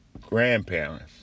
grandparents